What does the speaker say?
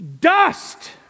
dust